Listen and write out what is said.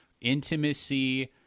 intimacy